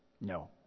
no